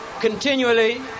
continually